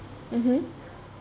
(mmhmmm)